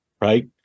right